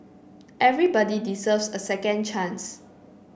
everybody deserves a second chance